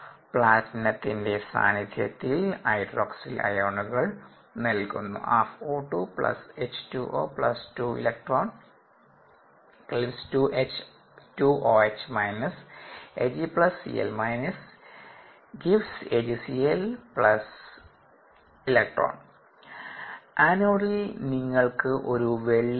പ്ലാറ്റിനത്തിന്റെ സാന്നിധ്യത്തിൽ ഹൈഡ്രോക്സിൽ അയോണുകൾ നൽകുന്നു ആനോഡിൽ നിങ്ങൾക്ക് ഒരു വെള്ളി ഉണ്ട്